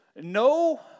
no